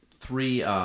three